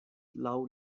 laŭ